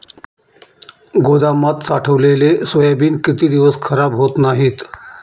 गोदामात साठवलेले सोयाबीन किती दिवस खराब होत नाही?